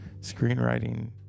screenwriting